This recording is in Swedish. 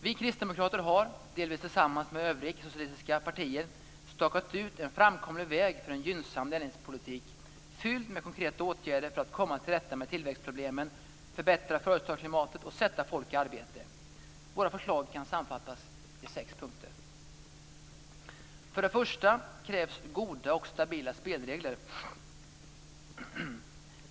Vi kristdemokrater har, delvis tillsammans med övriga icke-socialistiska partier, stakat ut en framkomlig väg för en gynnsam näringspolitik fylld med konkreta åtgärder för att komma till rätta med tillväxtproblemen, förbättra företagsklimatet och sätta folk i arbete. Våra förslag kan sammanfattas i sex punkter. För det första krävs goda och stabila spelregler.